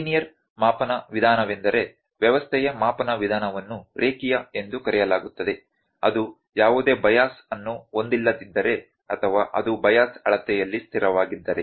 linear ಮಾಪನ ವಿಧಾನವೆಂದರೆ ವ್ಯವಸ್ಥೆಯ ಮಾಪನ ವಿಧಾನವನ್ನು ರೇಖೀಯ ಎಂದು ಕರೆಯಲಾಗುತ್ತದೆ ಅದು ಯಾವುದೇ ಬೈಯಸ್ ಅನ್ನು ಹೊಂದಿಲ್ಲದಿದ್ದರೆ ಅಥವಾ ಅದು ಬೈಯಸ್ ಅಳತೆಯಲ್ಲಿ ಸ್ಥಿರವಾಗಿದ್ದರೆ